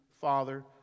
Father